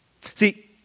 See